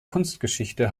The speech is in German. kunstgeschichte